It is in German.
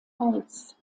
holz